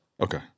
Okay